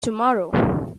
tomorrow